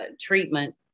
treatment